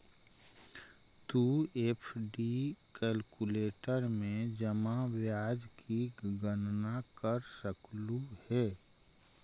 तु FD calculator में जमा ब्याज की गणना कर सकलू हे